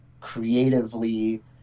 creatively